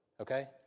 Okay